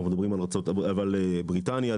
על בריטניה,